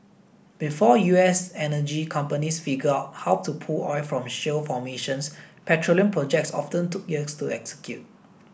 before U S energy companies figured out how to pull oil from shale formations petroleum projects often took years to execute